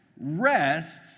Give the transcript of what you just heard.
rests